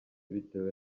bitewe